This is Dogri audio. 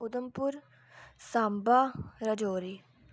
ऊधमपुर सांबा